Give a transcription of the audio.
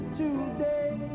today